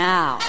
Now